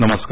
नमस्कार